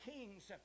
Kings